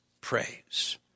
praise